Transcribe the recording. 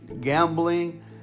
gambling